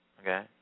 okay